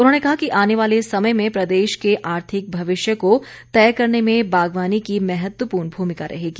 उन्होंने कहा कि आने वाले समय में प्रदेश के आर्थिक भविष्य को तय करने में बागवानी की महत्वपूर्ण भूमिका रहेगी